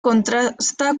contrasta